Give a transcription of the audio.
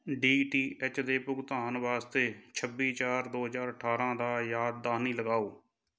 D T H ਦੇ ਭੁਗਤਾਨ ਵਾਸਤੇ ਛੱਬੀ ਚਾਰ ਦੋ ਹਜ਼ਾਰ ਅਠਾਰਾਂ ਦਾ ਯਾਦ ਦਹਾਨੀ ਲਗਾਓ